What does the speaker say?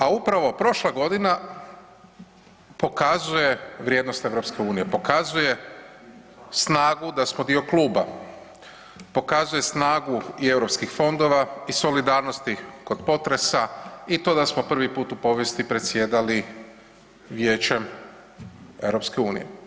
A upravo prošla godina pokazuje vrijednost EU, pokazuje snagu da smo dio kluba, pokazuje snagu i europskih fondova i solidarnosti kod potresa i to da smo prvi put u povijesti predsjedali Vijećem EU.